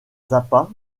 zappa